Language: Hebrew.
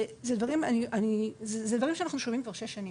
זה דברים שאנחנו שומעים כבר שש שנים.